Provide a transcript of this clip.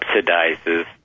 subsidizes